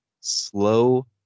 slow